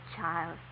child